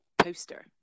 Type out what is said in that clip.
poster